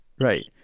Right